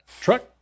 Truck